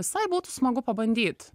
visai būtų smagu pabandyt